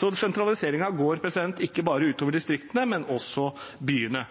Så sentraliseringen går ikke bare ut over distriktene, men også ut over byene.